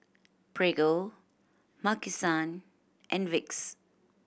Prego Maki San and Vicks